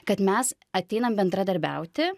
kad mes ateinam bendradarbiauti